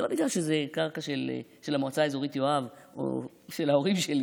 זה לא בגלל שזאת קרקע של המועצה האזורית יואב או של ההורים שלי.